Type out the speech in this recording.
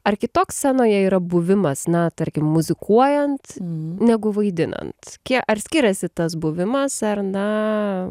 ar kitoks scenoje yra buvimas na tarkim muzikuojant negu vaidinant kie ar skiriasi tas buvimas ar na